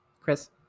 chris